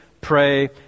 pray